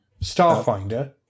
Starfinder